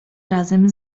razem